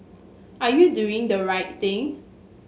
are you doing the right thing